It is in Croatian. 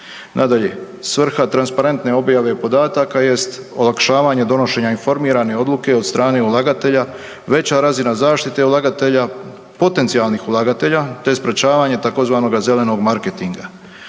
Nadalje, svrha transparentne objave podataka jest olakšavanje donošenja informirane odluke od strane ulagatelja, veća razina zaštite ulagatelja, potencijalnih ulagatelja te sprečavanje tzv. zelenog marketinga.